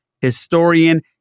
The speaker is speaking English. historian